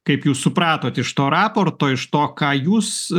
kaip jūs supratot iš to raporto iš to ką jūs